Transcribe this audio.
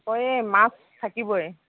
অঁ এই মাছ থাকিবয়ে